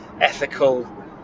ethical